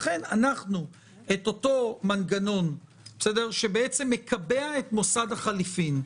לכן אנחנו את אותו מנגנון שמקבע את מוסד החילופים,